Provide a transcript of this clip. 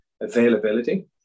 availability